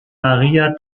maria